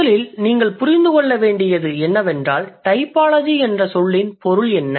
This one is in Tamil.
முதலில் நீங்கள் புரிந்து கொள்ள வேண்டியது என்னவென்றால் 'டைபாலஜி' என்ற சொல்லின் பொருள் என்ன